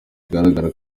bigaragara